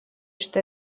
что